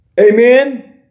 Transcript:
Amen